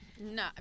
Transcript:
No